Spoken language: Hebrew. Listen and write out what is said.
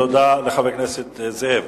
תודה לחבר הכנסת זאב.